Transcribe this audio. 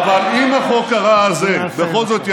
אבל אם החוק הרע הזה בכל זאת יעבור,